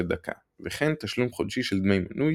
לדקה וכן תשלום חודשי של דמי מנוי,